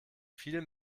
viel